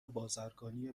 بازرگانی